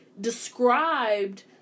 described